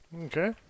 Okay